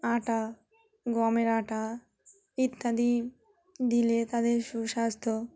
আটা গমের আটা ইত্যাদি দিলে তাদের সুস্বাস্থ্য